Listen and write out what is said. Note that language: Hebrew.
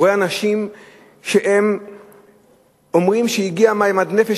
רואה אנשים שאומרים שהגיעו מים עד נפש,